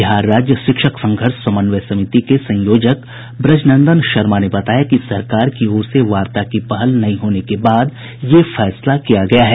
बिहार राज्य शिक्षक संघर्ष समन्वय समिति के संयोजक ब्रजनंदन शर्मा ने बताया कि सरकार की ओर से वार्ता की पहल नहीं होने के बाद यह फैसला किया गया है